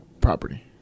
property